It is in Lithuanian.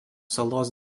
salos